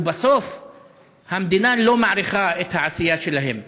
ובסוף המדינה לא מעריכה את העשייה שלהם.